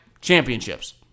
Championships